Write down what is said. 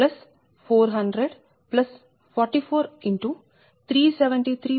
15 x 258